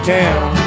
town